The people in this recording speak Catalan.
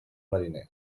mariners